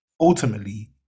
ultimately